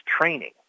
training